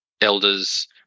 elders